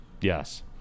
Yes